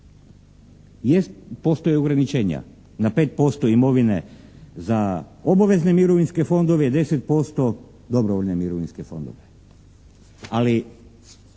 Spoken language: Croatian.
postoje ograničenja na 5% imovine za obavezne mirovinske fondove i 10% dobrovoljne mirovinske fondove. Ali